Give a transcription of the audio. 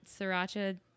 sriracha